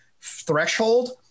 threshold